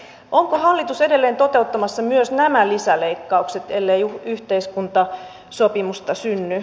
onko hallitus edelleen toteuttamassa myös nämä lisäleikkaukset ellei yhteiskuntasopimusta synny